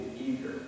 eager